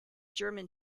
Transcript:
german